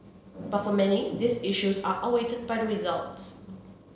but for many these issues are out weighted by the results